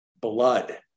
blood